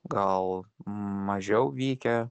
gal mažiau vykę